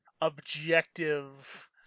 objective